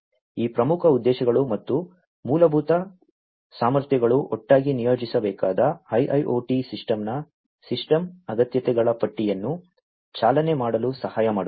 ಈ ಪ್ರಮುಖ ಉದ್ದೇಶಗಳು ಮತ್ತು ಮೂಲಭೂತ ಸಾಮರ್ಥ್ಯಗಳು ಒಟ್ಟಾಗಿ ನಿಯೋಜಿಸಬೇಕಾದ IIoT ಸಿಸ್ಟಮ್ನ ಸಿಸ್ಟಮ್ ಅಗತ್ಯತೆಗಳ ಪಟ್ಟಿಯನ್ನು ಚಾಲನೆ ಮಾಡಲು ಸಹಾಯ ಮಾಡುತ್ತದೆ